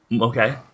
okay